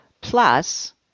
Plus